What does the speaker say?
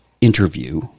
interview